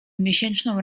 miesięczną